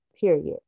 Period